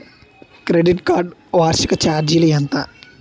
Credit card వార్షిక ఛార్జీలు ఎంత?